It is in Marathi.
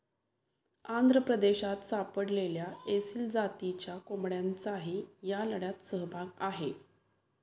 आंध्र प्रदेशात सापडलेल्या एसील जातीच्या कोंबड्यांचाही या लढ्यात सहभाग आहे